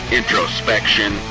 introspection